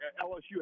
LSU